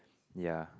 ya